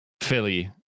Philly